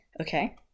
Okay